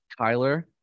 Kyler